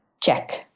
Check